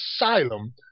asylum